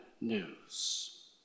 news